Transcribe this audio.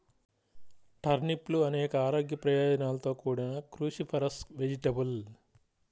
టర్నిప్లు అనేక ఆరోగ్య ప్రయోజనాలతో కూడిన క్రూసిఫరస్ వెజిటేబుల్